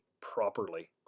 properly